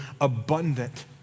abundant